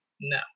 no